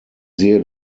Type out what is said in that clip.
sehe